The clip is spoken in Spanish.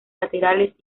laterales